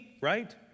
right